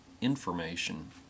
information